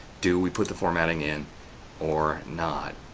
do we put the formatting in or not?